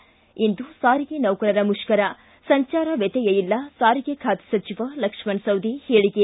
ಿ ಇಂದು ಸಾರಿಗೆ ನೌಕರರ ಮುಷ್ಕರ ಸಂಚಾರ ವ್ಯತ್ಯಯ ಇಲ್ಲ ಸಾರಿಗೆ ಖಾತೆ ಸಚಿವ ಲಕ್ಷಣ ಸವದಿ ಹೇಳಿಕೆ